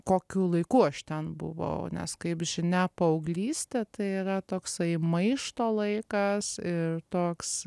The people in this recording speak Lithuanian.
kokiu laiku aš ten buvau nes kaip žinia paauglystė tai yra toksai maišto laikas ir toks